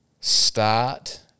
start